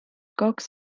kaks